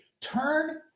Turn